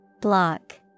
Block